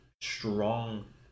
strong